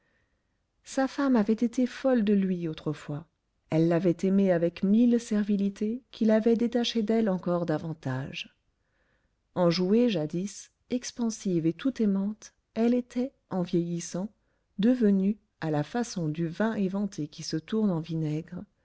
sa femme avait été folle de lui autrefois elle l'avait aimé avec mille servilités qui l'avaient détaché d'elle encore davantage enjouée jadis expansive et tout aimante elle était en vieillissant devenue à la façon du vin éventé qui se